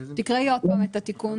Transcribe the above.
אני מבקשת שתקראי שוב את התיקון.